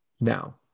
Now